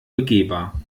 begehbar